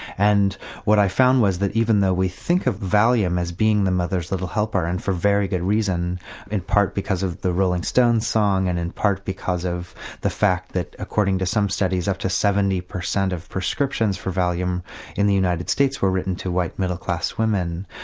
and what i found was that even though we think of valium as being the mother's little helper and for very good reason in part because of the rolling stones song and in part because of the fact that according to some studies up to seventy percent of prescriptions for valium in the united states were written to white middle class women.